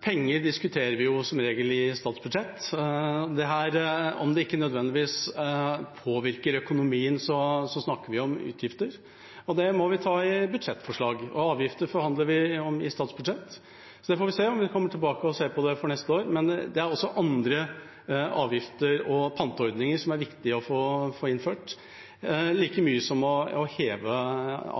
Penger diskuterer vi som regel i statsbudsjett. Om dette ikke nødvendigvis påvirker økonomien, så snakker vi om utgifter, og det må vi ta i budsjettforslag. Og avgifter forhandler vi om i statsbudsjett, så det får vi se om vi vil komme tilbake og se på for neste år. Men det er også andre avgifter og panteordninger som er viktige å få innført, like mye som å heve